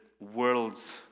world's